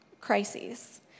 crises